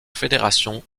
fédération